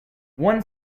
one